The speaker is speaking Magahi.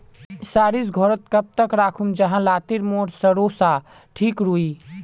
सरिस घोरोत कब तक राखुम जाहा लात्तिर मोर सरोसा ठिक रुई?